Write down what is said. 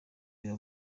nka